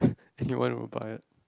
you want rebuy it